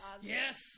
Yes